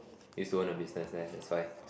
used to own a business there that's why